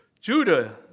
Judah